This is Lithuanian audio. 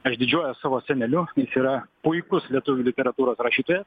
aš didžiuojuos savo seneliu jis yra puikus lietuvių literatūros rašytojas